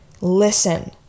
listen